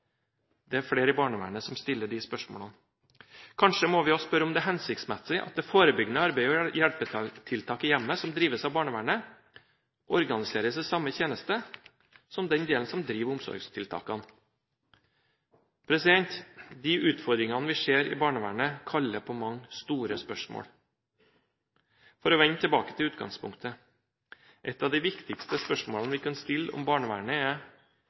Det er flere i barnevernet som stiller de spørsmålene. Kanskje må vi også spørre om det er hensiktsmessig at det forebyggende arbeidet og hjelpetiltak i hjemmet som drives av barnevernet, organiseres i samme tjeneste som den delen som driver omsorgstiltakene. De utfordringene vi ser i barnevernet, kaller på mange store spørsmål. For å vende tilbake til utgangspunktet: Et av de viktigste spørsmålene vi kan stille om barnevernet, er: